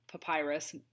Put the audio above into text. Papyrus